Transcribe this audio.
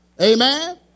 Amen